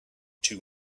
two